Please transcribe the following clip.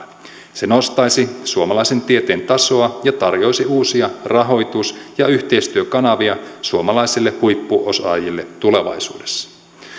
se nostaisi suomalaisen tieteen tasoa ja tarjoaisi uusia rahoitus ja yhteistyökanavia suomalaisille huippuosaajille tulevaisuudessa